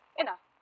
Enough